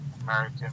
American